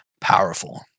powerful